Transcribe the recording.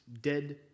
dead